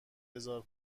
هزار